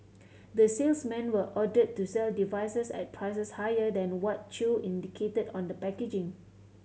the salesmen were ordered to sell devices at prices higher than what Chew indicated on the packaging